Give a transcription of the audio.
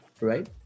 right